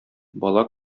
бала